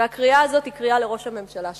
והקריאה הזאת היא קריאה לראש הממשלה שלנו.